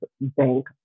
bank